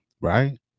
right